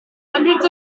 hundreds